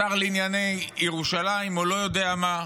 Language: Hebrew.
השר לענייני ירושלים או לא יודע מה,